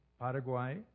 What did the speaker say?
Paraguay